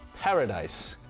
paradise,